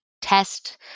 test